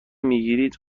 میگیرید